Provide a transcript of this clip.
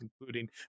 including